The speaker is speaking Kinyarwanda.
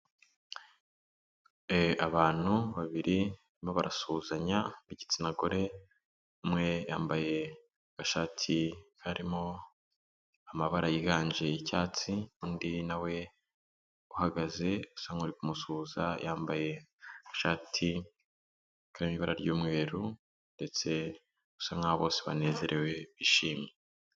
Eee, abantu babiri barasuhuzanya b'igitsina gore, umwe yambaye ishati harimo amabara yiganje y'icyatsi undi nawe uhagaze usa nk'uwuri kumusuhuza, yambaye ishati y'ibara ry'umweru ndetse usa nk'aho bose banezerewe, bishimye.